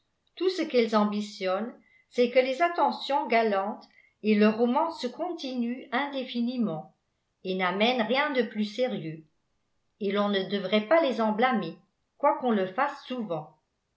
tout ce qu'elles ambitionnent c'est que les attentions galantes et le roman se continuent indéfiniment et n'amènent rien de plus sérieux et l'on ne devrait pas les en blâmer quoiqu'on le fasse souvent